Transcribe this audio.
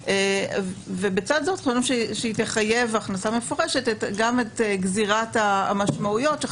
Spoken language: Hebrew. בצד זה היא תחייב הכנסה מפורשת גם את גזירת המשמעויות.